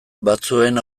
batzuen